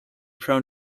prone